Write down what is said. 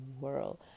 world